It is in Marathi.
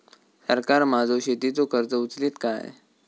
सरकार माझो शेतीचो खर्च उचलीत काय?